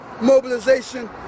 mobilization